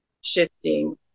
shifting